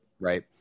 Right